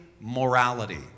morality